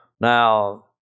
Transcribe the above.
Now